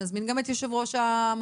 נזמין גם את יושב-ראש המועצה,